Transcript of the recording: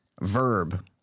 Verb